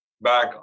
back